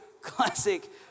classic